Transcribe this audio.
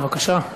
בבקשה.